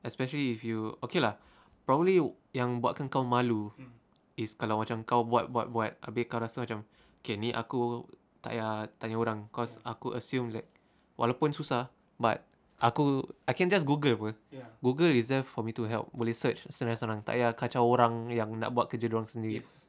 especially if you okay lah probably yang buatkan kau malu is kalau macam kau buat buat buat abeh kau rasa macam eh ni aku takyah tanya orang kau aku assume that walaupun susah but aku I can just Google apa Google is there for me to help boleh search senang-senang takyah kacau orang yang nak buat kerja dorang sendiri